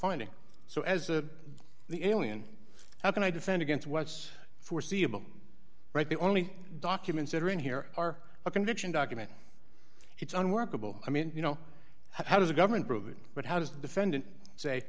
finding so as to the alien how can i defend against what's foreseeable right the only documents that are in here are a conviction document it's unworkable i mean you know how does the government prove it but how does defendant say